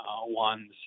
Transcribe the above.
ones